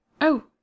Oh